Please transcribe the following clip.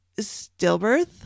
stillbirth